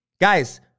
Guys